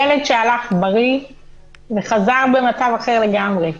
ילד שהלך בריא וחזר במצב אחר לגמרי,